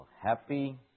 happy